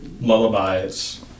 Lullabies